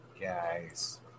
Guys